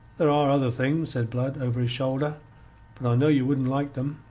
there are other things, said blood over his shoulder. but i know ye wouldn't like them.